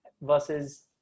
versus